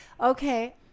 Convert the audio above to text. Okay